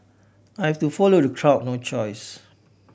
I have to follow the crowd no choice